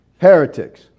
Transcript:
heretics